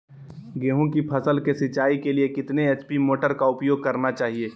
गेंहू की फसल के सिंचाई के लिए कितने एच.पी मोटर का उपयोग करना चाहिए?